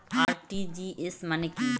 RTGS মানে কি?